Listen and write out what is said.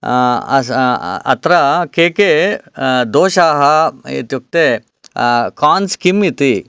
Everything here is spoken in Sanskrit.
अस् अत्र के के दोषाः इत्युक्ते कान्स् किम् इति